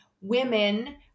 women